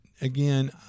Again